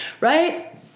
right